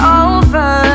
over